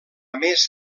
més